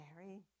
Mary